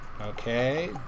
Okay